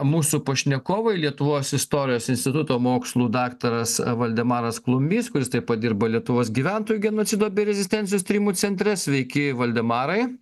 mūsų pašnekovai lietuvos istorijos instituto mokslų daktaras valdemaras klumbys kuris taip pat dirba lietuvos gyventojų genocido bei rezistencijos tyrimų centre sveiki valdemarai